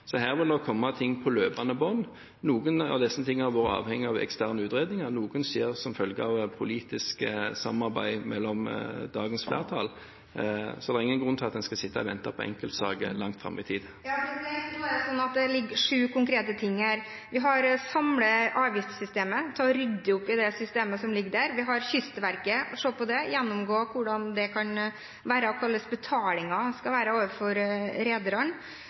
Så her vil det komme ting på løpende bånd. Noe av dette har vært avhengig av eksterne utredninger, og noe skjer som følge av politisk samarbeid mellom flertallspartiene. Så det er ingen grunn til at en skal sitte og vente på enkeltsaker langt fram i tid. Nå er det sånn at det ligger sju konkrete punkt her. Vi har det samlede avgiftssystemet; man må rydde opp i det systemet som ligger der. Vi har Kystverket, som man kan se på og gjennomgå hvordan kan være, og hvordan betalingen skal være for rederne.